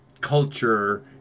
culture